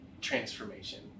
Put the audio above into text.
transformation